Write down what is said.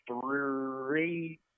three